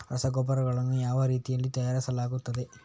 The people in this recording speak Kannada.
ರಸಗೊಬ್ಬರಗಳನ್ನು ಯಾವ ರೀತಿಯಲ್ಲಿ ತಯಾರಿಸಲಾಗುತ್ತದೆ?